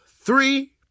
three